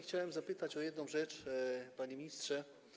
Chciałem zapytać o jedną rzecz, panie ministrze.